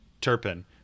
Turpin